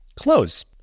close